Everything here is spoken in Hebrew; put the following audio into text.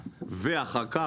ואחר-כך,